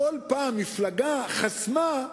כל פעם מפלגה חסמה,